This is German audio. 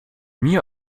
mir